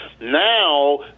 Now